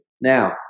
Now